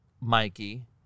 Mikey